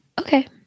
Okay